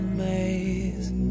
maze